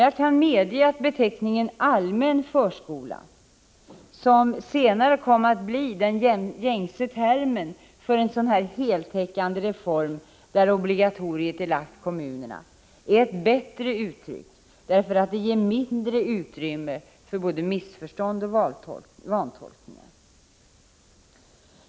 Jag kan medge att beteckningen allmän förskola, som senare kommer att bli den gängse termen för en sådan här heltäckande form med obligatoriet lagt på kommunerna, är ett bättre uttryck, eftersom det ger mindre utrymme för både missförstånd och vantolkningar. Herr talman!